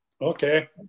Okay